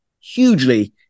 hugely